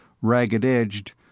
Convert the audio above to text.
ragged-edged